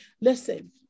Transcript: Listen